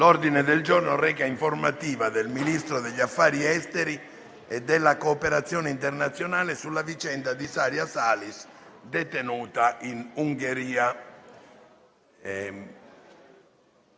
L'ordine del giorno reca: «Informativa del Ministro degli affari esteri e della cooperazione internazionale sulla vicenda di Ilaria Salis, detenuta in Ungheria».